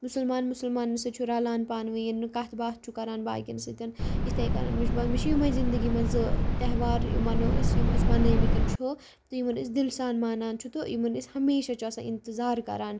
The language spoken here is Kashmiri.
مسلمان مسلمانَن سۭتۍ چھُ رلان پانہٕ وٲنۍ نہٕ کتھ باتھ چھُ کران باقین سۭتۍ یتھۓ کٔنۍ مےٚ چھُ با مےٚ چھُ یِمۓ زنٛدگی منٛز زٕ تہوار یِم ؤنو أسۍ یِم اسہِ منَٲیمت چھِ تہِ یِمن أسۍ دِلہٕ سان مانان چھِ تہٕ یِمن أسۍ ہمیٖشہٕ چھِ آسان انتظار کران